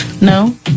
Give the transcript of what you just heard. no